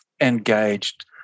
engaged